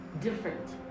different